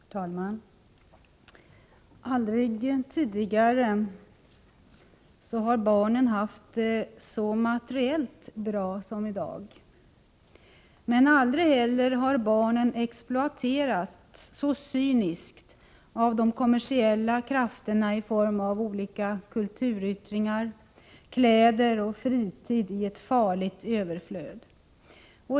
Herr talman! Aldrig tidigare har barnen haft det så materiellt bra som i dag, men barnen har heller aldrig exploaterats så cyniskt av de kommersiella krafterna i form av olika kulturyttringar, kläder och fritid i ett farligt överflöd.